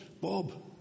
Bob